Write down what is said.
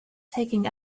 taking